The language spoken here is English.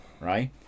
right